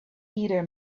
either